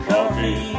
Coffee